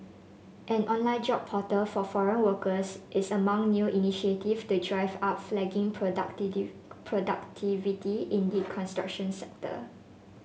an online job portal for foreign workers is among new initiatives to drive up flagging productivity in the construction sector